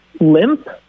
limp